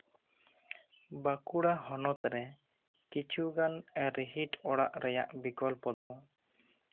ᱵᱟᱸᱠᱩᱲᱟ ᱦᱚᱱᱚᱛ ᱨᱮ ᱠᱤᱪᱩᱜᱟᱱ ᱨᱤᱦᱤᱴ ᱚᱲᱟᱜ ᱨᱮᱭᱟᱜ ᱵᱤᱠᱚᱞᱯᱚ ᱫᱚ